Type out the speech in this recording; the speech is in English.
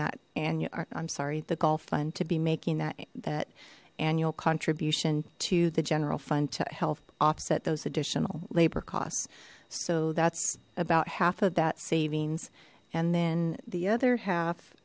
that annual i'm sorry the golf fund to be making that that annual contribution to the general fund to help offset those additional labor costs so that's about half of that savings and then the other half